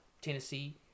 Tennessee